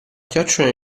chiocciola